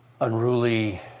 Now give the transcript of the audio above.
unruly